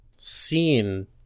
seen